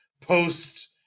post